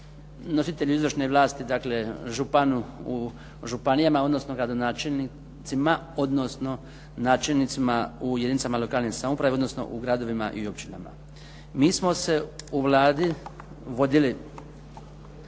nositelju izvršne vlasti dakle županu u županijama, odnosno gradonačelnicima odnosno načelnicima u jedinicama lokalne samouprave odnosno u gradovima i u općinama. Mi smo se u Vladi vodili